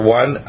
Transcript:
one